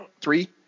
three